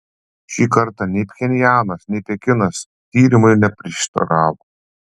šį kartą nei pchenjanas nei pekinas tyrimui neprieštaravo